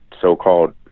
so-called